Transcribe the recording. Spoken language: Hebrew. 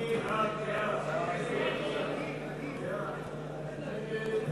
ההסתייגות של קבוצת סיעת ש"ס לסעיף 1 לא נתקבלה.